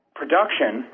production